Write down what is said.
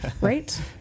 right